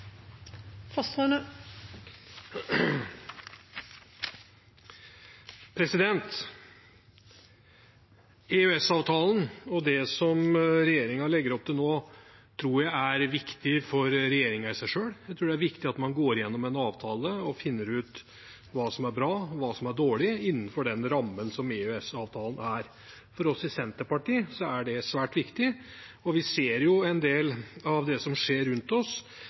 og det som regjeringen legger opp til nå, tror jeg er viktig i seg selv for regjeringen. Jeg tror det er viktig at man går gjennom en avtale og finner ut hva som er bra, og hva som er dårlig, innenfor den rammen som EØS-avtalen er. For oss i Senterpartiet er det svært viktig. Vi ser en del av det som skjer rundt oss,